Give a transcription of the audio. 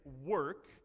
work